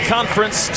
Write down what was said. Conference